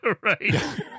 Right